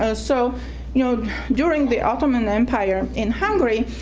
ah so you know during the ottoman empire in hungary,